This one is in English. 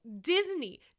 Disney